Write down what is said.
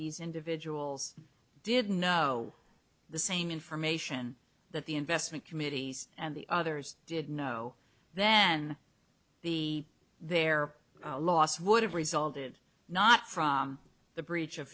these individuals did know the same information that the investment committees and the others did know then the their loss would have resulted not from the breach of